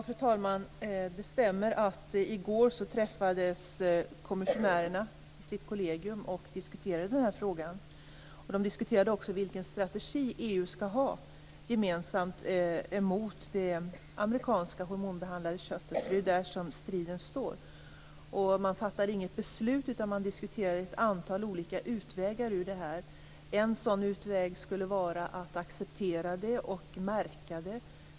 Fru talman! Det stämmer att kommissionärerna träffades i sitt kollegium i går och diskuterade den här frågan. De diskuterade också vilken strategi EU skall ha gemensamt mot det amerikanska hormonbehandlade köttet. Det är ju där som striden står. Man fattade inget beslut utan diskuterade ett antal olika utvägar ur det här. En sådan utväg skulle vara att acceptera det och märka det.